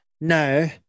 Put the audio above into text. No